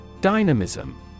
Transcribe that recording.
Dynamism